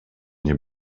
nie